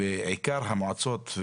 ולכן אין לזה קשר לשיטור